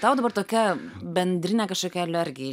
tau dabar tokia bendrinė kažkokia alergija